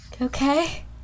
Okay